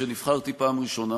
כשנבחרתי בפעם הראשונה,